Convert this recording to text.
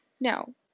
no